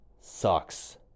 sucks